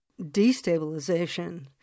Destabilization